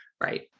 Right